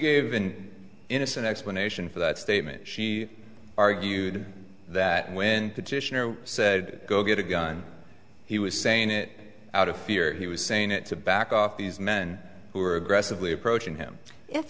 gave an innocent explanation for that statement she argued that when petitioner said go get a gun he was saying it out of fear he was saying it to back off these men who are aggressively approaching him